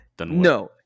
No